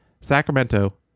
Sacramento